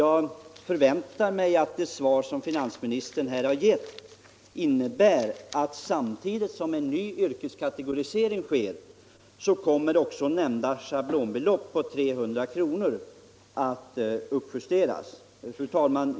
Jag förväntar mig att det svar som finansministern har gett innebär att samtidigt som en ny yrkeskategorisering införs också nämnda schablonbelopp på 300 kr. kommer att uppjusteras. Fru talman!